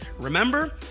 Remember